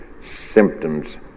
symptoms